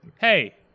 Hey